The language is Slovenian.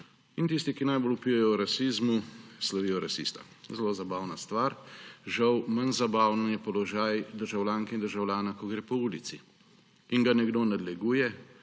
In tisti, ki najbolj vpijejo o rasizmu, slavijo rasista. Zelo zabavna stvar. Žal manj zabaven je položaj državljanke in državljana, ko gre po ulici in ga nekdo nadleguje,